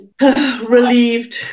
Relieved